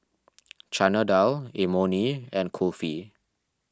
Chana Dal Imoni and Kulfi